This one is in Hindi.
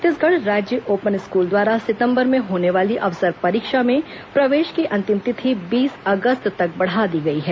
छत्तीसगढ़ राज्य ओपन स्कूल द्वारा सितंबर में होने वाली अवसर परीक्षा में प्रवेश की अंतिम तिथि बीस अगस्त तक बढ़ा दी गई है